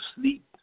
sleep